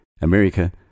America